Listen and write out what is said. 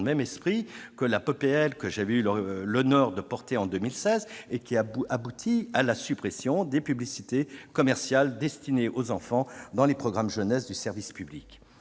proposition de loi que j'avais eu l'honneur de porter en 2016, et qui a abouti à la suppression des publicités commerciales destinées aux enfants dans les programmes jeunesse du service public.